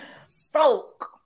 Soak